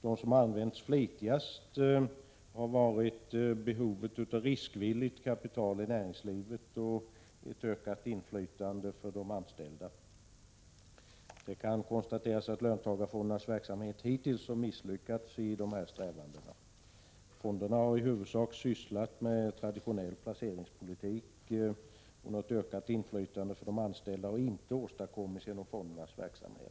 De som har använts flitigast har varit behovet av riskvilligt kapital i näringslivet och ett ökat inflytande för de anställda. Det kan konstateras att löntagarfondernas verksamhet hittills har misslyckats i dessa strävanden. Fonderna har i huvudsak sysslat med traditionell placeringspolitik, och något ökat inflytande för de anställda har inte åstadkommits genom fondernas verksamhet.